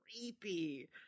creepy